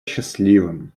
счастливым